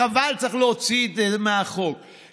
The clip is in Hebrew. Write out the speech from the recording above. חבל, צריך להוציא את זה מהחוק.